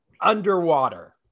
underwater